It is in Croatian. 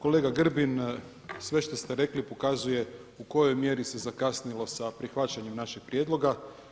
Kolega Grbin, sve što ste rekli pokazuje u kojoj mjeri se zakasnilo sa prihvaćanjem našeg prijedloga.